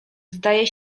zdaje